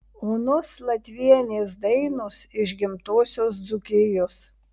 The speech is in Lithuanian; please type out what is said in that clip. onos latvienės dainos iš gimtosios dzūkijos